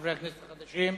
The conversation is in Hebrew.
חברי הכנסת החדשים.